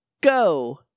Go